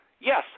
Yes